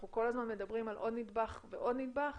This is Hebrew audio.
אנחנו כל הזמן מדברים על עוד נדבך ועוד נדבך,